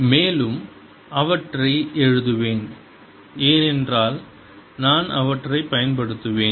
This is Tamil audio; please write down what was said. மேலும் அவற்றை எழுதுவேன் ஏனென்றால் நான் அவற்றைப் பயன்படுத்துவேன்